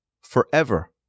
forever